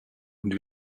und